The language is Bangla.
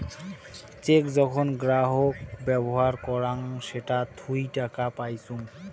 চেক যখন গ্রাহক ব্যবহার করাং সেটা থুই টাকা পাইচুঙ